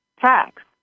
tax